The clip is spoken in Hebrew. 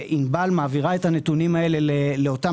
וענבל מעבירה את הנתונים האלה לאותם